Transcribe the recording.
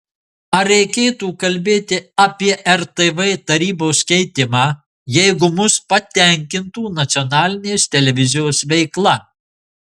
ar reikėtų kalbėti apie rtv tarybos keitimą jeigu mus patenkintų nacionalinės televizijos veikla